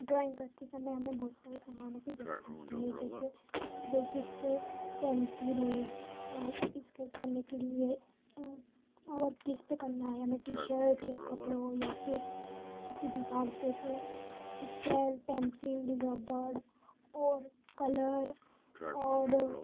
drawing करते समय हमें बहुत सारे सामानों की ज़रूरत होती है जैसे बेसिक्स है पैंसील है इस्कैच करने के लिए अगर किसपे करना है हमें टी शर्ट या कपड़ों या फिर किसी दीवार पे तो इस्कैल पैंसिल रब्बड़ और कलर और